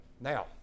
Now